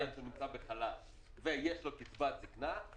בגלל שהוא נמצא בחל"ת ויש לו קצבת זקנה,